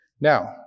Now